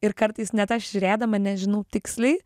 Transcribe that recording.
ir kartais net aš žiūrėdama nežinau tiksliai